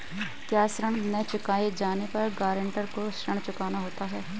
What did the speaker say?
क्या ऋण न चुकाए जाने पर गरेंटर को ऋण चुकाना होता है?